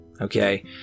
okay